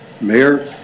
mayor